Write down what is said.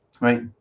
Right